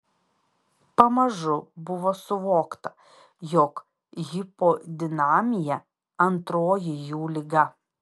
pamažu buvo suvokta jog hipodinamija antroji jų liga